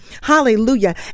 hallelujah